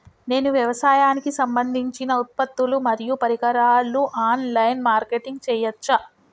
నేను వ్యవసాయానికి సంబంధించిన ఉత్పత్తులు మరియు పరికరాలు ఆన్ లైన్ మార్కెటింగ్ చేయచ్చా?